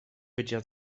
bycia